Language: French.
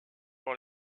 par